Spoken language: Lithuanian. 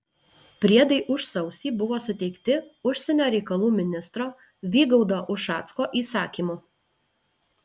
priedai už sausį buvo suteikti užsienio reikalų ministro vygaudo ušacko įsakymu